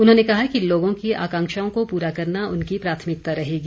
उन्होंने कहा कि लोगों की आकांक्षाओं को पूरा करना उनकी प्राथमिकता रहेगी